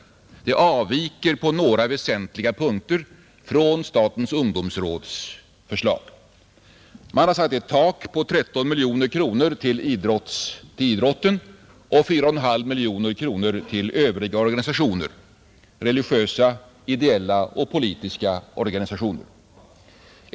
Förslaget avviker på några väsentliga punkter från statens ungdomsråds förslag. Man har satt ett tak på 13 miljoner kronor till idrotten och 4,5 miljoner kronor till övriga organisationer, religiösa, ideella och politiska organisationer.